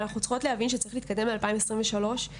אבל אנחנו צריכות להבין שצריך להתקדם ל-2023 ושיש